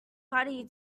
party